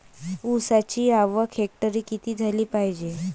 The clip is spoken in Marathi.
ऊसाची आवक हेक्टरी किती झाली पायजे?